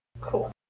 Cool